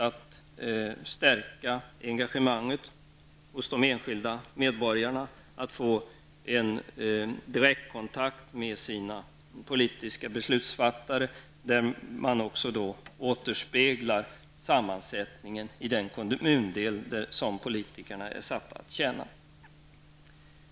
Att få direktkontakt med sina politiska beslutsfattare -- på ett sätt som också återspeglar sammansättningen i den kommundel som politikerna är satta att tjäna -- stärker engagemanget hos de enskilda medborgarna.